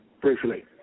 Briefly